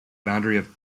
boundary